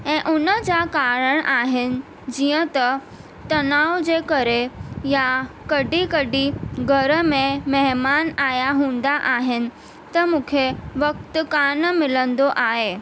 ऐं उनजा कारण आहिनि जीअं त तनाव जे करे या कॾहिं कॾहिं घर में महिमानु आया हूंदा आहिनि त मूंखे वक्तु कोन्ह मिलंदो आहे